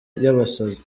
y’abasazi